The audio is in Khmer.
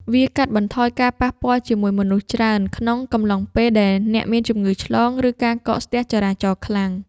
វាកាត់បន្ថយការប៉ះពាល់ជាមួយមនុស្សច្រើនក្នុងកំឡុងពេលដែលមានជំងឺឆ្លង ឬការកកស្ទះចរាចរណ៍ខ្លាំង។